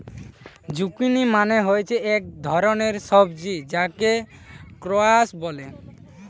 zucchini মানে হচ্ছে এক ধরণের সবজি যাকে স্কোয়াস বলে